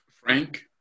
Frank